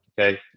okay